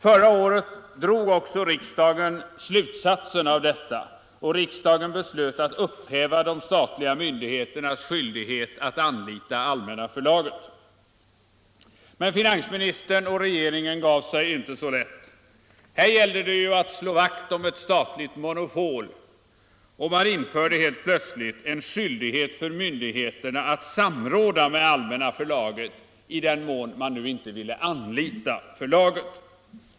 Förra året drog också riksdagen slutsatsen av detta och beslöt upphäva de statliga myndigheternas skyldighet att anlita Allmänna Förlaget. Men finansministern och regeringen gav sig inte så lätt. Här gällde det ju att slå vakt om ett statligt monopol, och man införde helt plötsligt en skyldighet för myndigheterna att samråda med Allmänna Förlaget, om man nu inte ville anlita detta förlag.